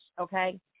okay